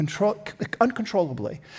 uncontrollably